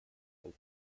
and